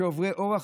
שעוברי אורח,